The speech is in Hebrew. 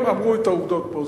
הם אמרו את העובדות פה.